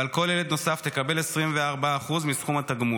ועל כל ילד נוסף היא תקבל 24% מסכום התגמול,